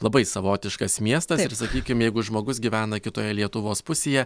labai savotiškas miestas ir sakykime jeigu žmogus gyvena kitoje lietuvos pusėje